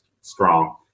strong